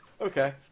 Okay